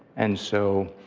and so,